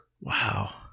Wow